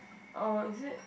oh is it